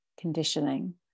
conditioning